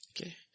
Okay